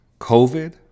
COVID